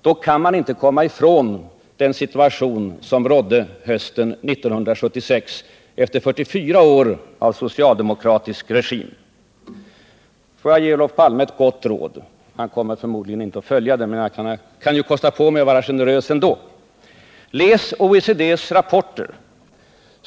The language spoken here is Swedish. då kan man inte komma ifrån den situation som rådde hösten 1976, efter 44 år av socialdemokratisk regim. Får jag ge Olof Palme ett gott råd — han kommer förmodligen inte att följa det, men jag kan ju kosta på mig att vara generös ändå. Läs OECD:s rapporter!